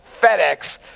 fedex